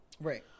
Right